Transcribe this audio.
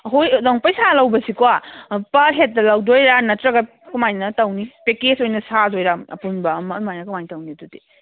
ꯑꯩꯈꯣꯏ ꯅꯪ ꯄꯩꯁꯥ ꯂꯧꯕꯁꯤꯀꯣ ꯄꯔ ꯍꯦꯠꯇ ꯂꯧꯗꯣꯏꯔꯥ ꯅꯠꯇ꯭ꯔꯒ ꯀꯃꯥꯏꯅ ꯇꯧꯅꯤ ꯄꯦꯛꯑꯦꯖ ꯑꯣꯏꯅ ꯁꯥꯗꯣꯏꯔꯥ ꯑꯄꯨꯟꯕ ꯑꯃ ꯑꯗꯨꯃꯥꯏꯅ ꯀꯃꯥꯏꯅ ꯇꯧꯅꯤ ꯑꯗꯨꯗꯤ